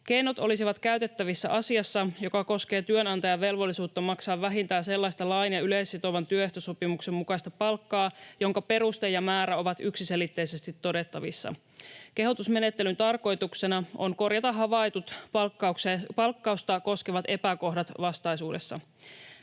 Keinot olisivat käytettävissä asiassa, joka koskee työnantajan velvollisuutta maksaa vähintään sellaista lain ja yleissitovan työehtosopimuksen mukaista palkkaa, jonka peruste ja määrä ovat yksiselitteisesti todettavissa. Kehotusmenettelyn tarkoituksena on korjata havaitut palkkausta koskevat epäkohdat vastaisuudessa.